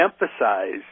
emphasize